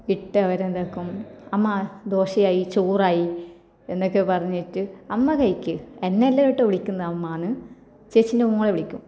ഇട്ടവരെന്താക്കും അമ്മാ ദോശയായി ചോറായി എന്നൊക്കെ പറഞ്ഞിട്ട് അമ്മ കഴിക്ക് എന്നെയല്ല കേട്ടോ വിളിക്കുന്നമ്മയെന്നു ചേച്ചീന്റെ മോളെ വിളിക്കും